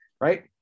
right